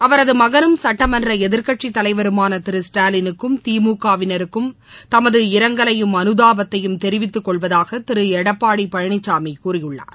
அவரதுமகனும் சுட்டமன்றஎதிர்க்கட்சித்தலைவருமானதிரு ஸ்டாவினுக்கும் திமுக வினருக்கும் தமது இரங்கலையும் அனுதாபத்தையும் தெரிவித்துக்கொள்வதாகதிருஎடப்பாடிபழனிசாமிகூறியுள்ளார்